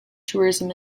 tourism